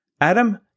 Adam